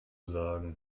sagen